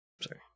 Sorry